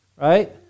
Right